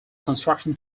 construction